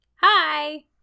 Hi